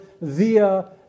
via